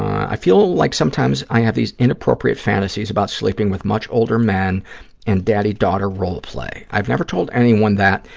i feel like sometimes i have these inappropriate fantasies about sleeping with much older men and daddy-daughter role play. i've never told anyone that,